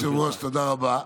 אדוני היושב-ראש, תודה רבה.